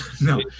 No